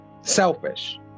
selfish